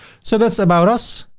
so that's about us.